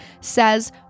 says